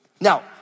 now